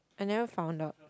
I never found out